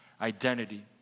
identity